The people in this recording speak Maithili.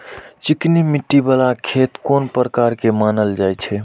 चिकनी मिट्टी बाला खेत कोन प्रकार के मानल जाय छै?